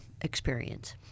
experience